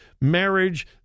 marriage